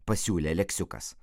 pasiūlė aleksiukas